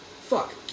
Fuck